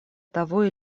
того